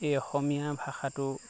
এই অসমীয়া ভাষাটো